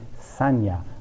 sanya